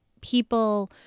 people